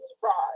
pride